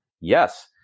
Yes